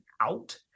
out